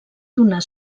donar